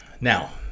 now